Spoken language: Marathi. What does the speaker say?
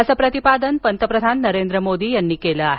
असं प्रतिपादन पंतप्रधान नरेंद्र मोदी यांनी केलं आहे